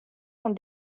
fan